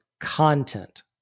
content